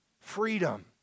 freedom